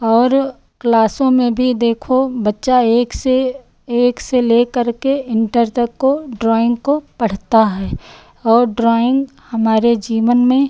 और क्लासों में भी देखो बच्चा एक से एक से लेकर के इन्टर तक को ड्रॉइन्ग को पढ़ता है और ड्रॉइन्ग हमारे जीवन में